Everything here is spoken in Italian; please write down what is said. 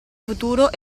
futuro